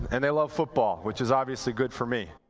and they love football, which is obviously good for me.